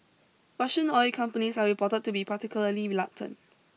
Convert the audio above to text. Russian oil companies are reported to be particularly reluctant